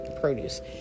produce